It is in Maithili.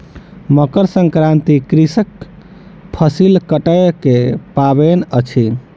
मकर संक्रांति कृषकक फसिल कटै के पाबैन अछि